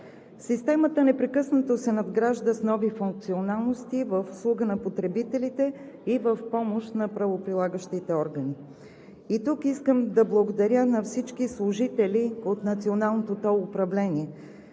Системата непрекъснато се надгражда с нови функционалности в услуга на потребителите и в помощ на правоприлагащите органи. И тук искам да благодаря на всички служители от Националното тол управление